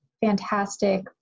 fantastic